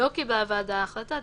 לא קיבלה הוועדה החלטה,